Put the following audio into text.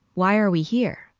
why are we here?